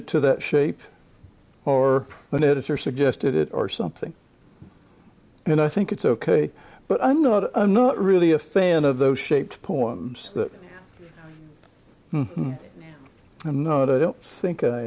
it to that shape or an editor suggested it or something and i think it's ok but i'm not i'm not really a fan of those shaped poems that and that i don't think i